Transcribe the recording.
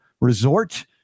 Resort